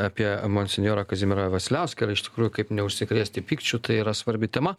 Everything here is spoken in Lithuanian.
apie monsinjorą kazimierą vasiliauską ir iš tikrųjų kaip neužsikrėsti pykčiu tai yra svarbi tema